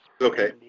Okay